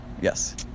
Yes